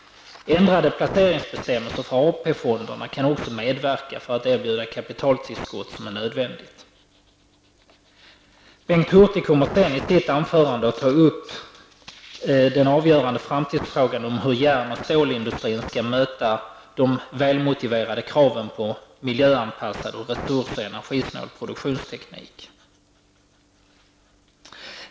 Ändrade placeringsbestämmelser för AP-fonderna kan också medverka till att erbjuda det nödvändiga kapitaltillskottet. Bengt Hurtig kommer senare i sitt anförande att ta upp den avgörande framtidsfrågan om hur järn och stålindustrin skall möta välmotiverade krav på miljöanpassad och resurs och energisnål produktionsteknik.